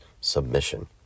submission